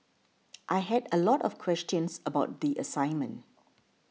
I had a lot of questions about the assignment